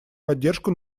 поддержку